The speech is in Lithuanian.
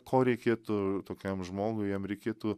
ko reikėtų tokiam žmogui jam reikėtų